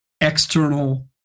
external